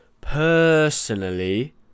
Personally